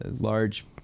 large